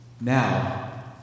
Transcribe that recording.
Now